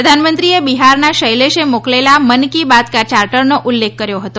પ્રધાનમંત્રીએ બિહારના શૈલેષે મોકલેલા મન કી બાત ચાર્ટરનો ઉલ્લેખ કર્યો હતો